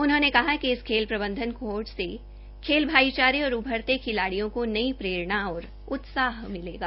उन्होंने कहा कि इस खेल प्रबंधन कोर्स से खेल भाईचारे और उभरते खिलाड़ियों को नई प्ररेणा और उत्साह मिलेगा